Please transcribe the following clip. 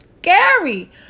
scary